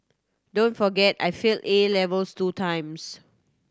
don't forget I failed A levels two times